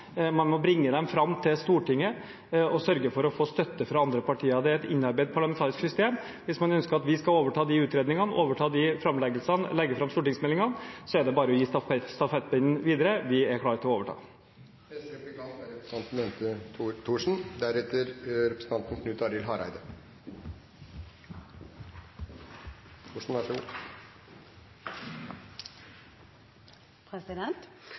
man må bringe dem fram til Stortinget og sørge for å få støtte fra andre partier. Det er et innarbeidet parlamentarisk system. Hvis man ønsker at vi skal overta de utredningene, overta de framleggelsene, legge fram stortingsmeldingene, er det bare å gi stafettpinnen videre. Vi er klare til å overta. Arbeiderpartiet og representanten